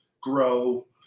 grow